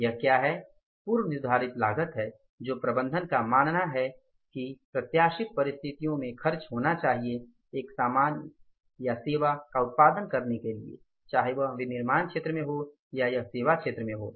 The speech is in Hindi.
यह यह क्या है पूर्व निर्धारित लागत है जो प्रबंधन का मानना है कि प्रत्याशित परिस्थितियों में खर्च होना चाहिए एक सामान या सेवा का उत्पादन करने के लिए चाहे वह विनिर्माण क्षेत्र में हो या यह सेवा क्षेत्र में हो